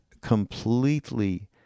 completely